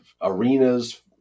Arenas